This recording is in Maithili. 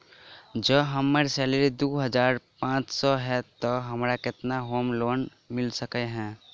जँ हम्मर सैलरी दु हजार पांच सै हएत तऽ हमरा केतना होम लोन मिल सकै है?